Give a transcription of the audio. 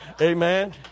Amen